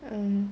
err